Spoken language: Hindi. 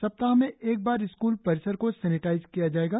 सप्ताह में एक बार स्कूल परिसर को सेनीटाइज किया जाएगा